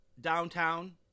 downtown